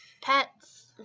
Pets